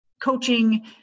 coaching